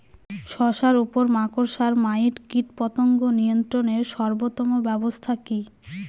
শশার উপর মাকড়সা মাইট কীটপতঙ্গ নিয়ন্ত্রণের সর্বোত্তম ব্যবস্থা কি?